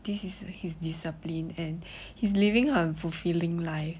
this is his discipline and he's living a fulfilling life